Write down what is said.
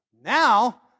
Now